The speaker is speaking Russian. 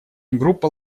группа